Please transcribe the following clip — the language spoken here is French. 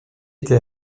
était